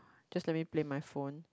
just let me plan my phone